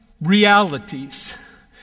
realities